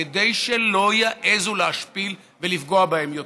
כדי שלא יעזו להשפיל ולפגוע בהם יותר.